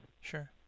Sure